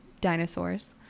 dinosaurs